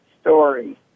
story